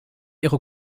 ihre